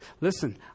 Listen